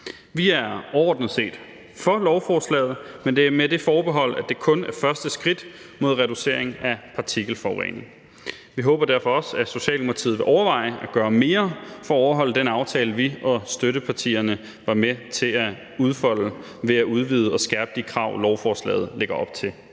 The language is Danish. Vi er overordnet set for lovforslaget, men det er med det forbehold, at det kun er første skridt mod en reducering af partikelforurening. Vi håber derfor også, at Socialdemokratiet vil overveje at gøre mere for at overholde den aftale, som vi og støttepartierne var med til at udfolde, ved at udvide og skærpe de krav, som lovforslaget lægger op til